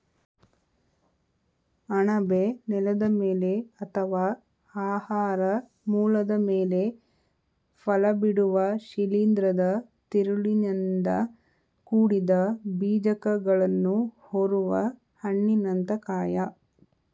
ಅಣಬೆ ನೆಲದ ಮೇಲೆ ಅಥವಾ ಆಹಾರ ಮೂಲದ ಮೇಲೆ ಫಲಬಿಡುವ ಶಿಲೀಂಧ್ರದ ತಿರುಳಿನಿಂದ ಕೂಡಿದ ಬೀಜಕಗಳನ್ನು ಹೊರುವ ಹಣ್ಣಿನಂಥ ಕಾಯ